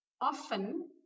Often